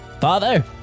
Father